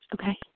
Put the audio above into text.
Okay